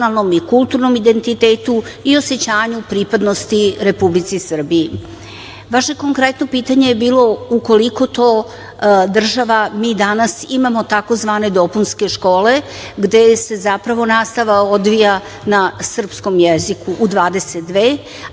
i kulturnom identitetu i osećanju pripadnosti Republici Srbiji. Vaše konkretno pitanje je bilo u koliko to država mi danas imamo takozvane dopunske škole gde se zapravo nastava odvija na srpskom jeziku - u 22,